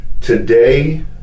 Today